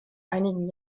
einigen